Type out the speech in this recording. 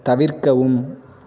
தவிர்க்கவும்